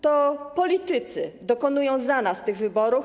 To politycy dokonują za nas tych wyborów.